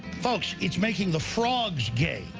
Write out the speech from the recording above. folks, it's making the frogs gay.